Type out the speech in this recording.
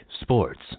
sports